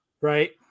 Right